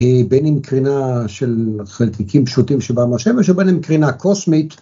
‫בין אם קרינה של חלקיקים פשוטים ‫שבא מהשמש ובין אם קרינה קוסמית.